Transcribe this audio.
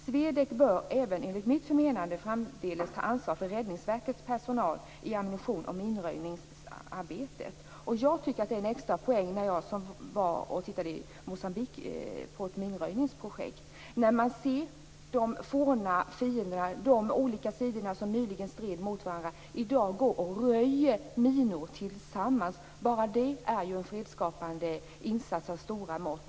SWEDEC bör även, enligt mitt förmenande, framdeles ta ansvar för Jag var i Moçambique och tittade på ett minröjningsprojekt. Jag tycker att det är en extrapoäng när man ser att de forna fienderna, de olika sidor som nyligen stred mot varandra, i dag går och röjer minor tillsammans. Det är en fredsskapande insats av stora mått.